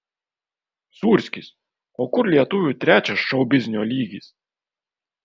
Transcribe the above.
sūrskis o kur lietuvių trečias šou biznio lygis